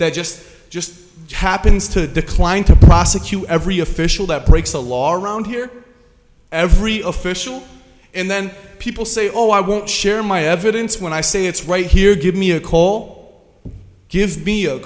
that just just happens to decline to prosecute every official that breaks the law around here every official and then people say oh i won't share my evidence when i say it's right here give me a call give me a